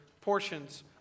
portions